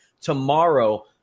tomorrow